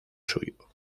suyo